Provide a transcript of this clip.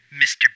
Mr